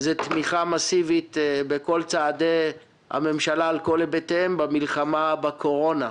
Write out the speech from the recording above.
תמיכה מסיבית בכל צעדי הממשלה על כל היבטיהם במלחמה בקורונה.